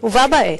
בה בעת,